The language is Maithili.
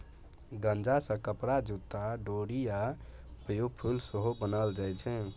गांजा सँ कपरा, जुत्ता, डोरि आ बायोफ्युल सेहो बनाएल जाइ छै